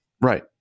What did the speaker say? right